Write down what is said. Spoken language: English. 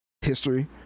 history